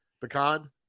pecan